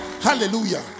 Hallelujah